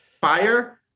fire